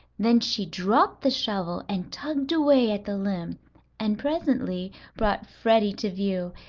then she dropped the shovel and tugged away at the limb and presently brought freddie to view,